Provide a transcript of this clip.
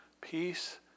Peace